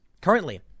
Currently